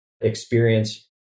experience